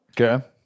Okay